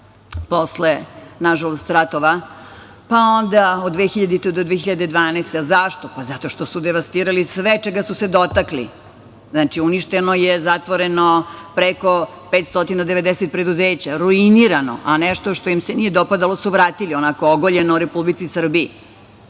posle, nažalost, ratova, pa onda od 2000. do 2012. godine. Zašto? Zato što su devastirali sve čega su se dotakli. Uništeno je, zatvoreno preko 590 preduzeća, ruinirano, a nešto što im se nije dopadalo su vratili, onako ogoljeno, Republici